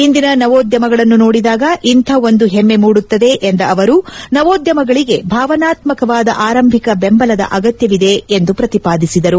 ಇಂದಿನ ನವೋದ್ಯಮಗಳನ್ನು ನೋಡಿದಾಗ ಇಂಥ ಒಂದು ಹೆಮ್ಲೆ ಮೂಡುತ್ತದೆ ಎಂದ ಅವರು ನವೋದ್ಯಮಗಳಿಗೆ ಭಾವನಾತ್ಮಕವಾದ ಆರಂಭಿಕ ಬೆಂಬಲದ ಅಗತ್ತವಿದೆ ಎಂದು ಪ್ರತಿಪಾದಿಸಿದರು